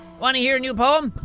want to hear a new poem?